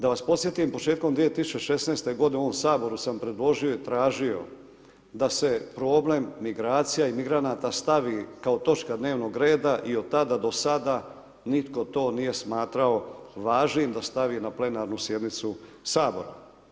Da vas podsjetim, početkom 2016. g. ovom Saboru sam predložio i tražio da se problem migracija i migranata stavi kao točka dnevnog reda i od tada do sada nitko to nije smatrao važnim da stavi na plenarnu sjednicu Sabora.